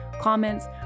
comments